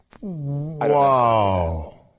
Wow